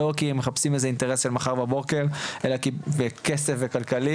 לא כי הם מחפשים איזה אינטרס של מחר בבוקר וכסף וכלכלי,